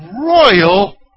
royal